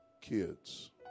kids